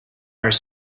are